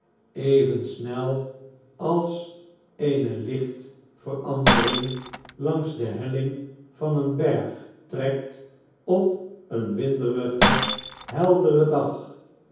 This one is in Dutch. even snel als eene licht verandering langs de helling van een berg trekt op een winderigen helderen dag